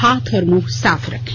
हाथ और मुंह साफ रखें